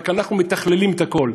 רק אנחנו מתכללים את הכול.